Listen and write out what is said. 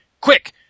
Quick